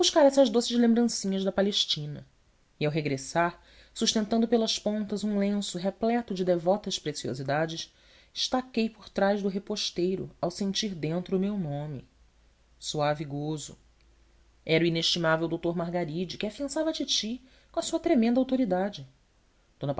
buscar essas doces lembrancinhas da palestina e ao regressar sustentado pelas pontas um lenço repleto de devotas preciosidades estaquei por trás do reposteiro ao sentir dentro o meu nome suave gozo era o inestimável doutor margaride que afiançava à titi com sua tremenda autoridade